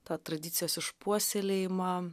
tą tradicijos išpuoselėjimą